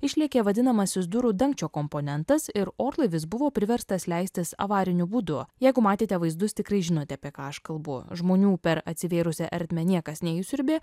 išlėkė vadinamasis durų dangčio komponentas ir orlaivis buvo priverstas leistis avariniu būdu jeigu matėte vaizdus tikrai žinote apie ką aš kalbu žmonių per atsivėrusią ertmę niekas neįsiurbė